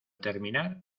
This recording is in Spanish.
terminar